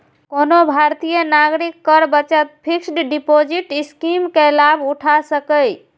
कोनो भारतीय नागरिक कर बचत फिक्स्ड डिपोजिट स्कीम के लाभ उठा सकैए